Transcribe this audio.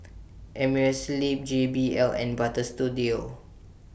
Amerisleep J B L and Butter Studio